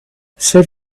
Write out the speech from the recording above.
save